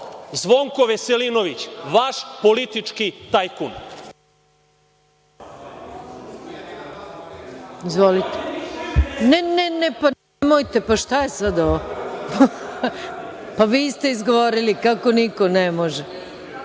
Zvonko Veselinović, vaš politički tajkun,